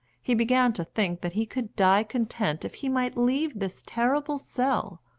he began to think that he could die content if he might leave this terrible cell,